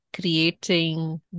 creating